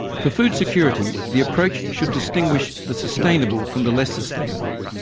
for food security the approach should distinguish the sustainable from the less sustainable,